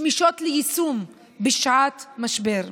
שמישות ליישום בשעת משבר.